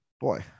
boy